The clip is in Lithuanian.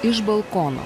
iš balkono